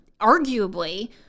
arguably